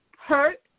hurt